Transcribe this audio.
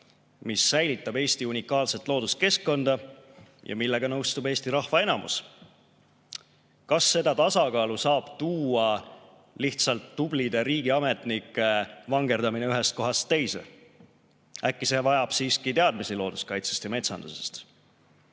mis säilitab Eesti unikaalset looduskeskkonda ja millega nõustub Eesti rahva enamus. Kas seda tasakaalu saab tuua lihtsalt tublide riigiametnike vangerdamine ühest kohast teise? Äkki see vajab siiski teadmisi looduskaitsest ja metsandusest?